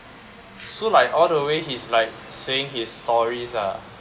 so like all the way he's like saying his stories ah